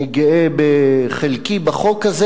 אני גאה בחלקי בחוק הזה.